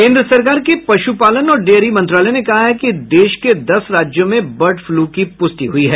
केंद्र सरकार के पश् पालन और डेयरी मंत्रालय ने कहा है कि देश के दस राज्यों में बर्ड फ्लू की पुष्टि हुई है